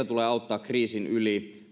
tulee auttaa kriisin yli